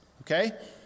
okay